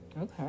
okay